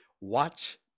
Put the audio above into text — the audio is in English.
Watch